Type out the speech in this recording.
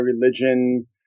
religion